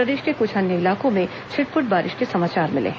प्रदेश के कुछ अन्य इलाकों में छिटपुट बारिश के समाचार मिले हैं